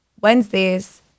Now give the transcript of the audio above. Wednesdays